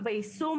ביישום.